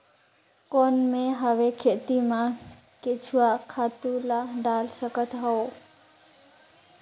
कौन मैं हवे खेती मा केचुआ खातु ला डाल सकत हवो?